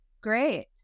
great